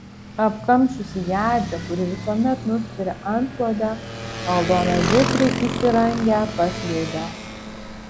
apkamšiusi jadzę kuri visuomet nuspiria antklodę aldona vikriai įsirangę pas liudą